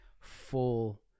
full